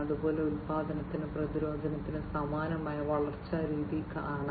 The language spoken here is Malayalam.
അതുപോലെ ഉൽപ്പാദനത്തിനും പ്രതിരോധത്തിനും സമാനമായ വളർച്ചാ രീതി കാണാം